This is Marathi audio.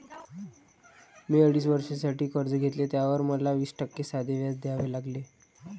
मी अडीच वर्षांसाठी कर्ज घेतले, त्यावर मला वीस टक्के साधे व्याज द्यावे लागले